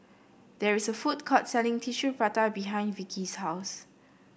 there is a food court selling Tissue Prata behind Vickie's house